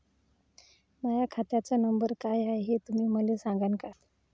माह्या खात्याचा नंबर काय हाय हे तुम्ही मले सागांन का?